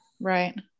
Right